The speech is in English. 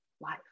life